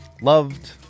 loved